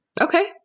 Okay